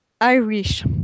Irish